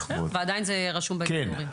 ועדיין זה יהיה רשום בהיסטוריה.